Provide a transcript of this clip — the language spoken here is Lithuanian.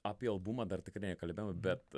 apie albumą dar tikrai nekalbėjom bet